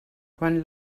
quan